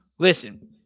Listen